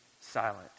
silent